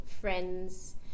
friends